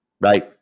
right